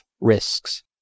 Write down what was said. Risks